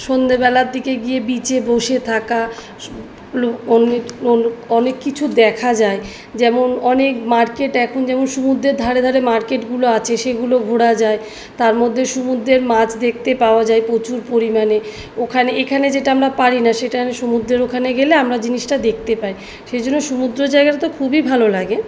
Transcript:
সন্ধেবেলার দিকে গিয়ে বিচে বসে থাকা সু লোক অনেক অনেক অনেক কিছু দেখা যায় যেমন অনেক মার্কেট এখন যেমন সমুদ্রের ধারে ধারে মার্কেটগুলো আছে সেগুলো ঘোরা যায় তার মধ্যে সমুদ্রের মাছ দেখতে পাওয়া যায় প্রচুর পরিমাণে ওখানে এখানে যেটা আমরা পাই না সেটা সুমুদ্রের ওখানে গেলে আমরা জিনিসটা দেখতে পাই সে জন্য সমুদ্র জায়গাটা তো খুবই ভালো লাগে